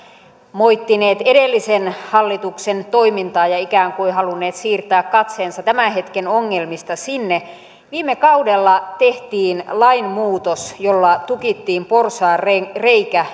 moittineet edellisen hallituksen toimintaa ja ikään kuin halunneet siirtää katseensa tämän hetken ongelmista sinne viime kaudella tehtiin lainmuutos jolla tukittiin porsaanreikä